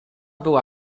była